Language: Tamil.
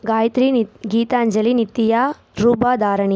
காயத்ரி நித் கீதாஞ்சலி நித்தியா ரூபா தாரணி